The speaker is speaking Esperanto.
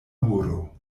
horo